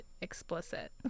explicit